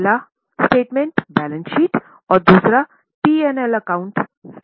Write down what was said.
पहला statement balance sheet और दूसरा P और L खाता था